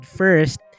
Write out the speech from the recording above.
first